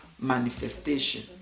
manifestation